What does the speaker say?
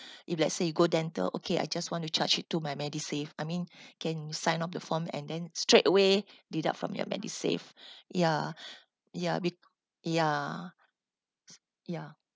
if let's say you go dental okay I just want to charge it to my medisave I mean can sign off the form and then straight away deduct from your medisave ya ya be~ ya ya